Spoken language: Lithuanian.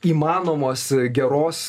įmanomos geros